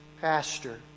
Pastor